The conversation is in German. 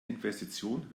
investition